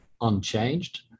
unchanged